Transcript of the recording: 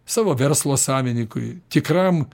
savo verslo savininkui tikram